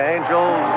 Angels